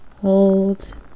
Hold